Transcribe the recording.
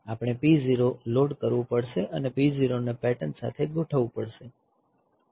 આપણે P0 load કરવું પડશે અને P0 ને પેટર્ન સાથે ગોઠવવું પડશે